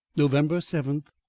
november seven,